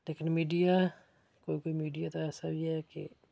लेकिन मिडिया कोई कोई मिडिया दा ऐसा बी ऐ केह्